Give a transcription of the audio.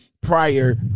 prior